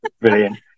Brilliant